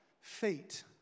fate